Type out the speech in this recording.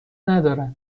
ندارد